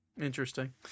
Interesting